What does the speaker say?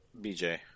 BJ